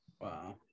Wow